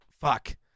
fuck